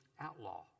outlaw